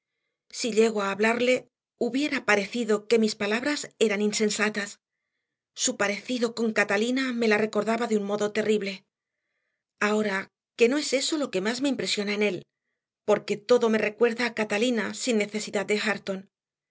si llego a hablarle hubiera parecido que mis palabras eran insensatas su parecido con catalina me la recordaba de un modo terrible ahora que no es eso lo que más me impresiona en él porque todo me recuerda a catalina sin necesidad de hareton